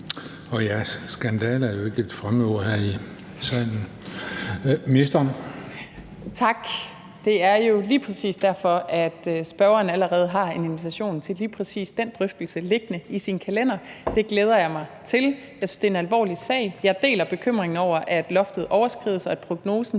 og forskningsministeren (Ane Halsboe-Jørgensen): Tak. Det er jo lige præcis derfor, at spørgeren allerede har en invitation til lige præcis den drøftelse liggende i sin kalender. Det glæder jeg mig til. Jeg synes, det er en alvorlig sag. Jeg deler bekymringen over, at loftet overskrides, og at prognosen